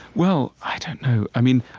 well, i don't know. i mean,